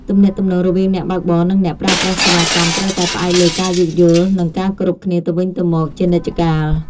ទំនាក់ទំនងរវាងអ្នកបើកបរនិងអ្នកប្រើប្រាស់សេវាកម្មត្រូវតែផ្អែកលើការយោគយល់និងការគោរពគ្នាទៅវិញទៅមកជានិច្ចកាល។